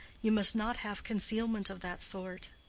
you must not have concealment of that sort.